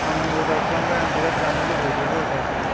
आं अर्डार खालामबाय आं बिराथ जानो लुबैबाय बे अर्डारखौ